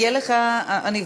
יהיה לך, אני אבדוק.